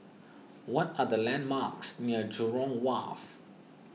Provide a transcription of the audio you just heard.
what are the landmarks near Jurong Wharf